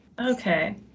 Okay